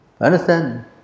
Understand